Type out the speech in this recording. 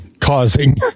causing